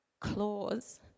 claws